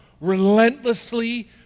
Relentlessly